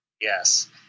yes